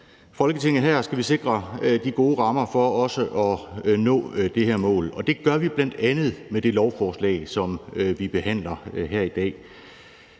Folketinget sikre gode rammer for at nå det her mål, og det gør vi bl.a. med det lovforslag, som vi behandler her i dag,